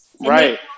Right